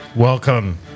Welcome